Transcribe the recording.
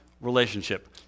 relationship